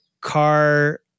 car